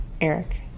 Eric